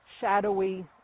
shadowy